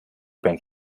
bank